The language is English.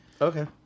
Okay